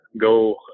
go –